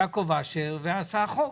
יעקב אשר, ועשה חוק.